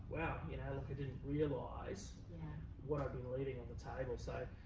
wow! you know i like didn't realize what i've been leaving on the table. so